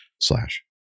slash